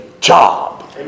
job